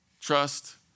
Trust